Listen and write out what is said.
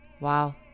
Wow